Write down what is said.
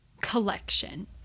Collection